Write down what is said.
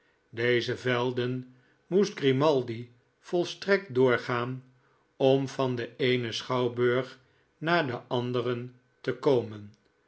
deze velden moest grimaldi volstrekt doorgaan om van den eenen schouwburg naar den anderen te komen